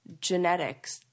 genetics